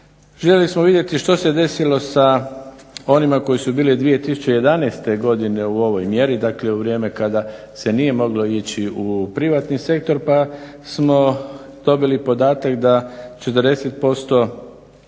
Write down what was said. željeli smo vidjeti što se desilo sa onima koji su bili 2011. godine u ovoj mjeri, dakle u vrijeme kada se nije moglo ići u privatni sektor pa smo dobili podatak da 40%